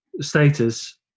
status